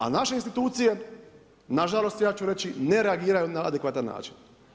A naše institucije, nažalost ja ću reći ne reagiraju na adekvatan način.